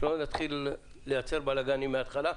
שלא נתחיל לייצר בלגן מההתחלה.